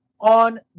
on